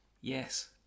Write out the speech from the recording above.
yes